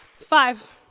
Five